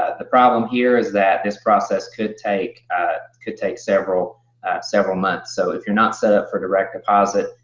ah the problem here is that this process could take ah could take several several months. so if you're not set up for direct deposit,